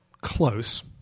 close